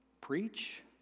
preach